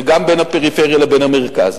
וגם בין הפריפריה לבין המרכז.